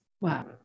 Wow